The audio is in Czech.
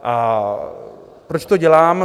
A proč to dělám?